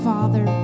Father